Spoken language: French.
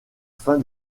fin